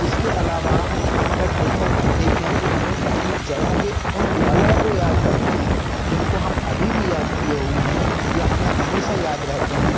इसके अलावा हम अगर देखा देखें कि हमें अपनी जड़ों के उन पलों को याद करना है जिनको हम अभी भी याद किए हुए हैं या हमें हमेशा याद रहेते हैं